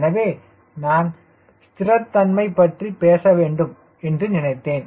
எனவே நான் ஸ்திரத்தன்மை பற்றி பேச வேண்டும் என்று நினைத்தேன்